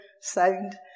sound